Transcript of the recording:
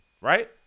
right